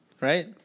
Right